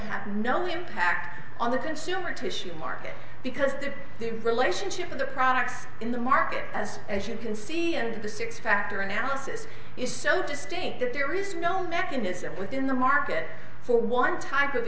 have no impact on the consumer tissue market because the relationship of the products in the market as as you can see and the six factor analysis is so distinct that there is no mechanism within the market for one type of